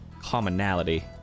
commonality